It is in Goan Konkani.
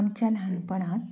आमच्या ल्हानपणांत